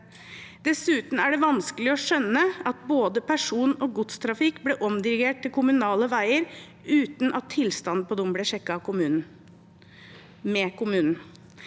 Dessuten er det vanskelig å skjønne at både person- og godstrafikk ble omdirigert til kommunale veier uten at tilstanden på dem ble sjekket med kommunen.